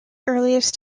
earliest